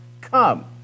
come